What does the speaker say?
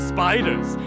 spiders